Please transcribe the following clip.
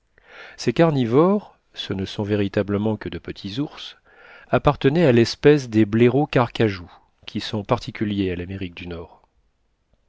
ces carnivores ce ne sont véritablement que de petits ours appartenaient à l'espèce des blaireauxcarcajous qui sont particuliers à l'amérique du nord